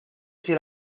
hacia